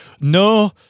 no